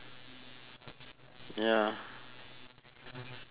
ya